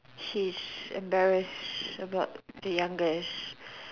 he's embarrass about the youngest